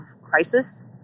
crisis